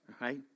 right